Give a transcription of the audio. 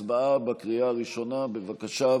הצבעה בקריאה הראשונה, בבקשה.